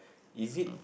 is it